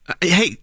Hey